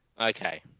Okay